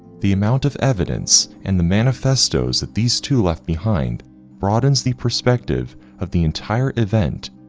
the amount of evidence and the manifestos that these two left behind broadens the perspective of the entire event,